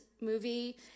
movie